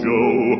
Joe